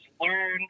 Learn